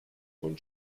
und